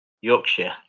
Yorkshire